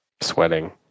sweating